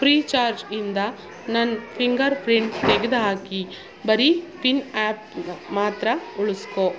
free charge ಇಂದ ನನ್ನ finger print ತೆಗ್ದು ಹಾಕಿ ಬರೀ ಪಿನ್ ಆ್ಯಪ್ನ ಮಾತ್ರ ಉಳಿಸಿಕೋ